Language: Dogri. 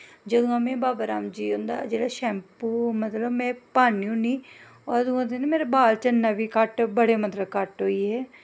जदूं दा में बाबा राम देब हुंदा शैंपू मतलब में पान्नी होन्नी अदूं दे मेरे मतलब बाल झड़ना बड़े घट्ट होई गे